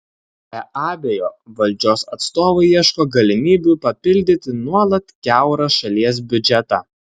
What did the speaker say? be abejo valdžios atstovai ieško galimybių papildyti nuolat kiaurą šalies biudžetą